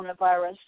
coronavirus